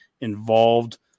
involved